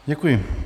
Děkuji.